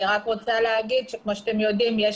שאתם יודעים,